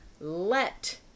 let